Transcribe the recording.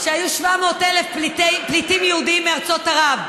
שהיו 700,000 פליטים יהודים מארצות ערב,